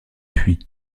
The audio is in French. puits